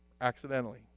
Accidentally